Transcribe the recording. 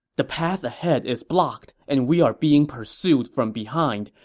the path ahead is blocked, and we are being pursued from behind.